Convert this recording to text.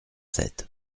sept